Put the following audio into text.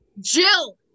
Jill